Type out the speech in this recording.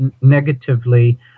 negatively